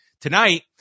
tonight